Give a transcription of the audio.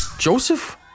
Joseph